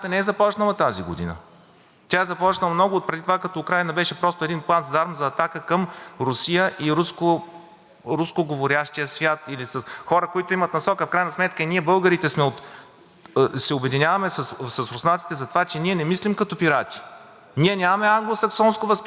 рускоговорещия свят или хора, които имат насока. В крайна сметка и ние българите се обединяваме с руснаците затова, че ние не мислим като пирати. Ние нямаме англосаксонското възпитание да нападаме – ние градим, много малко държави обикновено – те са континентални, са богати, без да крадат.